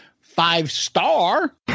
Five-star